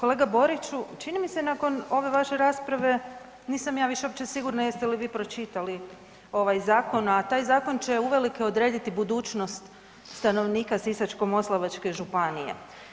Kolega Boriću, čini mi se nakon ove vaše rasprave nisam ja više uopće sigurna jeste li vi pročitali ovaj zakon, a taj zakon će uvelike odrediti budućnost stanovnika Sisačko-moslavačke županije.